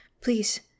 Please